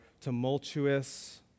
tumultuous